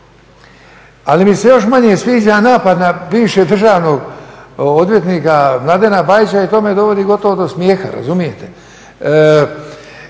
ali mi se još manje sviđa napad na bivšeg državnog odvjetnika Mladena Bajića i to me dovodi gotovo do smijeha razumijete.